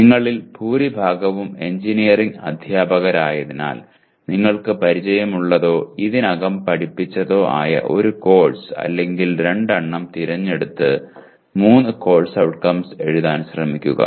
നിങ്ങളിൽ ഭൂരിഭാഗവും എഞ്ചിനീയറിംഗ് അധ്യാപകരായതിനാൽ നിങ്ങൾക്ക് പരിചയമുള്ളതോ ഇതിനകം പഠിപ്പിച്ചതോ ആയ ഒരു കോഴ്സ് അല്ലെങ്കിൽ രണ്ടെണ്ണം തിരഞ്ഞെടുത്ത് മൂന്ന് കോഴ്സ് ഔട്ട്കംസ് എഴുതാൻ ശ്രമിക്കുക